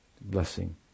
blessing